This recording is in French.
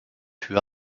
fut